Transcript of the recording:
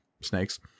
snakes